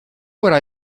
would